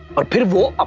are invincible, ah